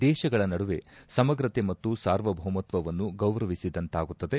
ದೇಶಗಳ ನಡುವೆ ಸಮಗ್ರತೆ ಮತ್ತು ಸಾರ್ವಭೌಮತ್ವವನ್ನು ಗೌರವಿಸಿದಂತಾಗುತ್ತದೆ